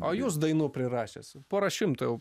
o jūs dainų prirašęs porą šimtų jau